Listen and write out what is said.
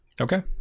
okay